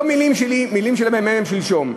לא מילים שלי, מילים של הממ"מ שהתפרסמו שלשום.